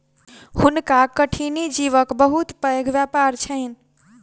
हुनका कठिनी जीवक बहुत पैघ व्यापार छैन